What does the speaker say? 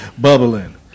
bubbling